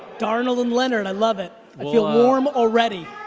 darnold and leonard, i love it. i feel ah warm already.